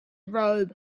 robe